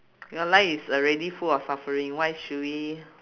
your life is already full of suffering why should we